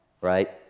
right